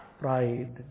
pride